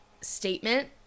statement